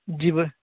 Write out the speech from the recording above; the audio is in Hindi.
जी ब